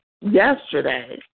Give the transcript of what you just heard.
Yesterday